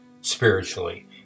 spiritually